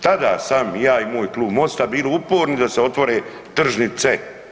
Tada sam ja i moj klub Mosta bili uporni da se otvore tržnice.